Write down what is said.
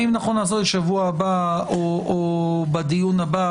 האם נכון לעשות את זה בשבוע הבא או בדיון הבא?